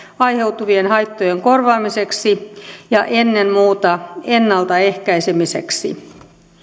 aiheutuvien haittojen korvaamiseksi ja ennen muuta ennaltaehkäisemiseksi